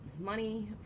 money